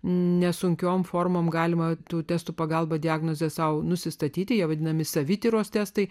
ne sunkiom formom galima tų testų pagalba diagnozę sau nusistatyti jie vadinami savityros testai